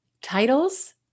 titles